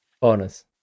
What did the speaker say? bonus